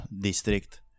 district